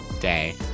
day